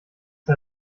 der